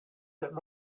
that